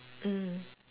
mm